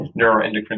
neuroendocrine